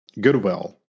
goodwill